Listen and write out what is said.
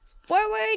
Forward